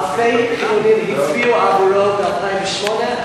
אלפי חילונים הצביעו עבורו ב-2008,